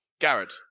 Garrett